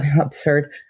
absurd